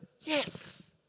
Yes